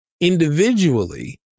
individually